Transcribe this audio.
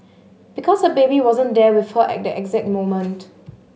because her baby wasn't there with her at that exact moment